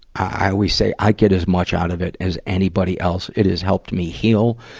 i always say i get as much out of it as anybody else. it has helped me heal.